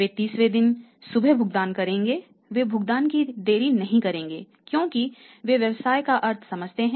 वे 30 वें दिन सुबह भुगतान करेंगे वे भुगतान में देरी नहीं करेंगे क्योंकि वे व्यवसाय का अर्थ समझते हैं